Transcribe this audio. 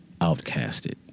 outcasted